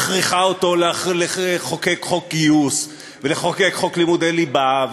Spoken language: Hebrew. מכריחה אותו לחוקק חוק גיוס ולחוקק חוק לימודי ליבה,